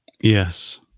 Yes